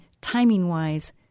timing-wise